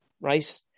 Right